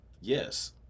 yes